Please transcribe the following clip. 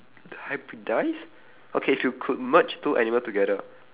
hybridize okay if you could merge two animal together